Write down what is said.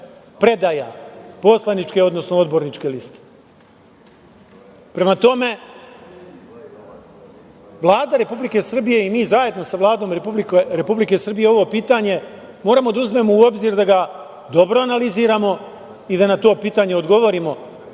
predaja poslaničke, odnosno odborničke liste. Prema tome, Vlada Republike Srbije i mi zajedno sa Vladom Republike Srbije ovo pitanje moramo da uzmemo u obzir da ga dobro analiziramo i da na to pitanje odgovorimo